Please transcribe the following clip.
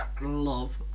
Love